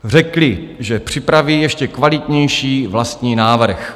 Řekli, že připraví ještě kvalitnější vlastní návrh.